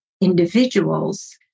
individuals